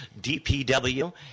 DPW